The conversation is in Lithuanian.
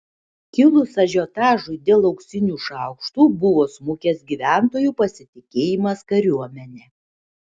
kilus ažiotažui dėl auksinių šaukštų buvo smukęs gyventojų pasitikėjimas kariuomene